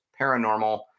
Paranormal